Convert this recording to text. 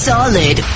Solid